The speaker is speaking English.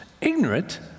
ignorant